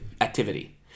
activity